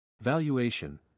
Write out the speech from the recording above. Valuation